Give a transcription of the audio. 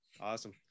Awesome